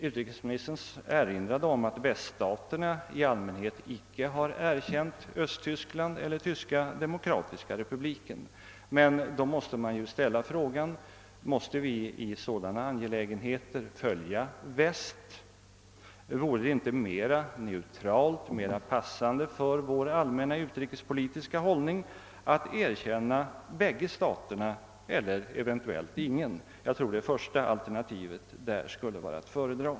Utrikesministern erinrade om att väststaterna i allmänhet icke har erkänt Östtyskland, eller Tyska demokratiska republiken, men måste vi i sådana angelägenheter följa väststaterna? Vore det inte mer neutralt och mer passande för vår allmänna utrikespolitiska hållning att erkänna bägge staterna eller eventuellt ingen? Jag tror att det första alternativet skulle vara att föredra.